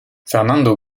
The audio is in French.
fernando